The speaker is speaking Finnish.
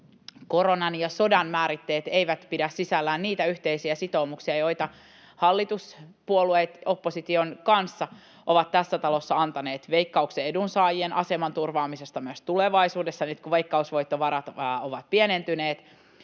koronan ja sodan määritteet eivät pidä sisällään niitä yhteisiä sitoumuksia, joita hallituspuolueet opposition kanssa ovat tässä talossa antaneet Veikkauksen edunsaajien aseman turvaamisesta myös tulevaisuudessa nyt, kun veikkausvoittovarat ovat pienentyneet,